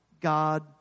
God